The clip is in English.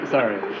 Sorry